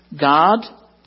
God